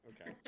Okay